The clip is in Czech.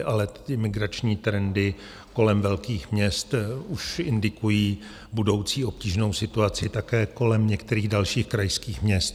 Ale migrační trendy kolem velkých měst už indikují budoucí obtížnou situaci také kolem některých dalších krajských měst.